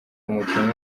umukinnyi